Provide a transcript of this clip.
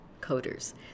coders